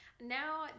Now